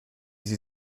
sie